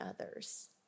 others